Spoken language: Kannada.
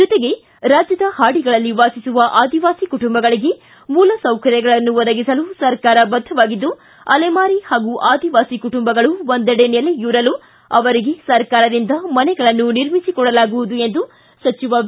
ಜೊತೆಗೆ ರಾಜ್ಯದ ಹಾಡಿಗಳಲ್ಲಿ ವಾಸಿಸುವ ಆದಿವಾಸಿ ಕುಟುಂಬಗಳಿಗೆ ಮೂಲಸೌಕರ್ಯಗಳನ್ನು ಒದಗಿಸಲು ಸರ್ಕಾರ ಬದ್ಧವಾಗಿದ್ದು ಅಲೆಮಾರಿ ಹಾಗೂ ಆದಿವಾಸಿ ಕುಟುಂಬಗಳು ಒಂದೆಡೆ ನೆಲೆಯೂರಲು ಅವರಿಗೆ ಸರ್ಕಾರದಿಂದ ಮನೆಗಳನ್ನು ನಿರ್ಮಿಸಿಕೊಡಲಾಗುವುದು ಎಂದು ಸಚಿವ ವಿ